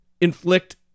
inflict